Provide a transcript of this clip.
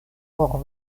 por